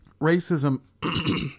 racism